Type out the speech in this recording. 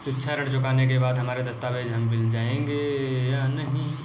शिक्षा ऋण चुकाने के बाद हमारे दस्तावेज हमें मिल जाएंगे या नहीं?